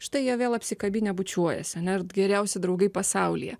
štai jie vėl apsikabinę bučiuojasi ar ne ir geriausi draugai pasaulyje